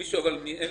מניסיונך,